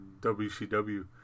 WCW